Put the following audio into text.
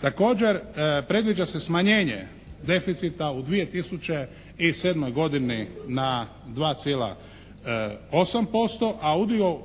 Također predviđa se smanjenje deficita u 2007. godini na 2,8%, a udio